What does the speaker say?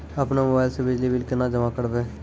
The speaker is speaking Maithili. अपनो मोबाइल से बिजली बिल केना जमा करभै?